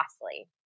costly